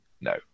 No